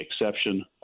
exception